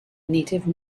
native